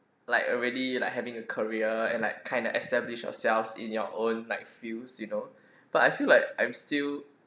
like already like having a career and like kind of establish yourselves in your own like fields you know but I feel like I'm still